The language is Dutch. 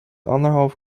anderhalf